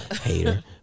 Hater